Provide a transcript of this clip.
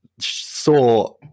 saw